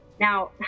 Now